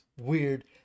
weird